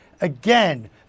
again